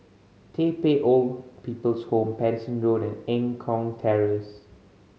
Tai Pei Old People's Home Paterson Road and Eng Kong Terrace